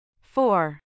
Four